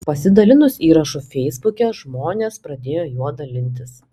pasidalinus įrašu feisbuke žmonės pradėjo juo dalintis